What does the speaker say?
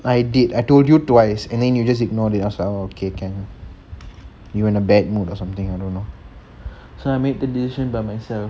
I did I told you twice and then you just ignore it so like I'm okay can you were in a bad mood or something I don't know so I made the decision by myself